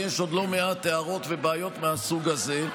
ויש עוד לא מעט הערות ובעיות מהסוג הזה,